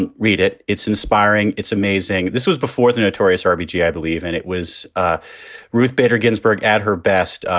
and read it. it's inspiring. it's amazing. this was before the notorious r b g. i believe, and it was ah ruth bader ginsburg at her best.